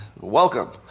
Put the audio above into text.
welcome